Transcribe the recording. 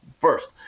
First